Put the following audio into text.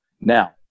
Now